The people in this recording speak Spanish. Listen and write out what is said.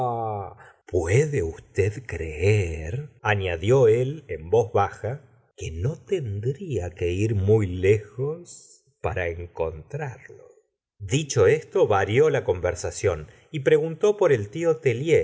puede usted creerañadió él en voz baja que no tendría que ir muy lejos para encontrarlo dicho esto varió la conversación y preguntó por el tío